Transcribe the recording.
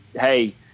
hey